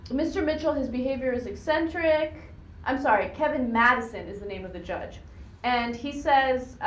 mister mitchell his behaviors eccentric i'm sorry kevin madison is the name of the judge and he says ah.